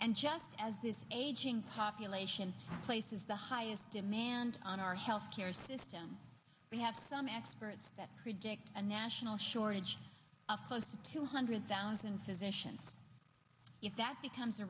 and just as this aging population places the highest demand on our health care system we have some experts predict a national shortage of close to two hundred thousand physicians if that becomes a